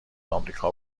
آمریکا